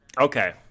Okay